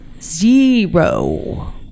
zero